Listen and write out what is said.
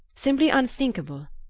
simply unthinkable.